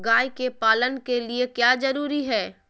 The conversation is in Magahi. गाय के पालन के लिए क्या जरूरी है?